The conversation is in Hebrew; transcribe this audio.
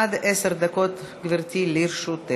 עד עשר דקות, גברתי, לרשותך.